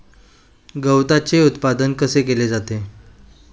गवताचे उत्पादन कसे केले जाते?